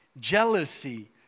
jealousy